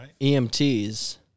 EMTs